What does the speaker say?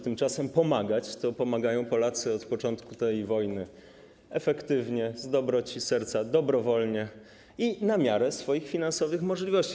Tymczasem pomagać to pomagają Polacy od początku tej wojny efektywnie, z dobroci serca, dobrowolnie i na miarę swoich finansowych możliwości.